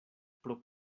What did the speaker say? pro